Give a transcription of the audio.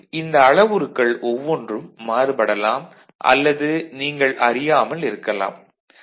எனவே இந்த அளவுருக்கள் ஒவ்வொன்றும் மாறுபடலாம் அல்லது நீங்கள் அறியாமல் இருக்கலாம்